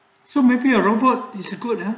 so maybe a robot is a good ah